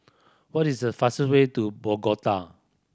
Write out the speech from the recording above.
what is the fastest way to Bogota